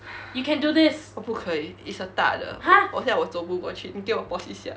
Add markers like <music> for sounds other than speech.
<breath> 我不可以 is a 大的我现在我走不过去你给我:da deo xian zai wo zou bu guo qu ni gei wo pause 一下